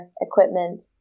equipment